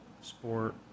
sport